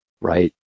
right